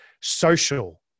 social